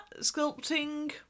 sculpting